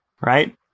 right